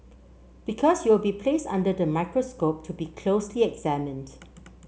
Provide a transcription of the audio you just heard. because you will be placed under the microscope to be closely examined